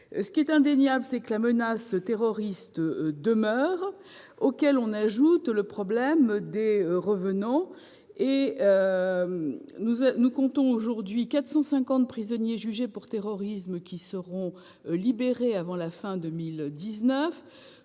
Ce qui est indéniable, c'est que la menace terroriste demeure. S'y ajoute le problème des « revenants ». On compte aujourd'hui 450 prisonniers jugés pour terrorisme qui seront libérés avant la fin de 2019